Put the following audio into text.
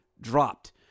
dropped